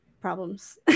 problems